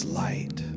light